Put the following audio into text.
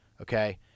okay